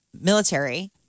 military